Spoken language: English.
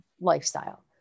lifestyle